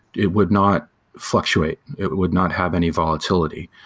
it would not fluctuate. it would not have any volatility.